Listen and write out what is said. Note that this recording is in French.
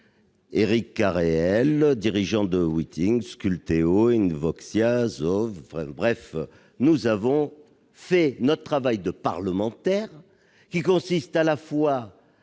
Éric Carreel, dirigeant de Withings, Sculpteo, Invoxia et Zoov. Bref, nous avons fait notre travail de parlementaire, qui consiste, d'une